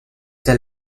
the